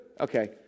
Okay